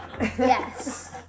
Yes